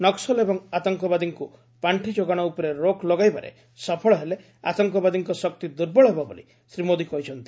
ନକ୍କଲ ଏବଂ ଆତଙ୍କବାଦୀଙ୍କୁ ପାଖି ଯୋଗାଣ ଉପରେ ରୋକ୍ ଲଗାଇବାରେ ସଫଳ ହେଲେ ଆତଙ୍କବାଦୀଙ୍ ଶକ୍ତି ଦୁର୍ବଳ ହେବ ବୋଲି ଶ୍ରୀ ମୋଦି କହିଛନ୍ତି